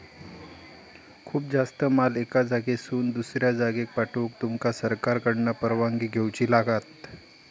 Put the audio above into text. खूप जास्त माल एका जागेसून दुसऱ्या जागेक पाठवूक तुमका सरकारकडना परवानगी घेऊची लागात